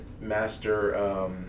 master